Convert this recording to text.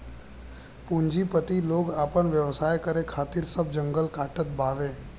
पूंजीपति लोग आपन व्यवसाय करे खातिर सब जंगल काटत जात बावे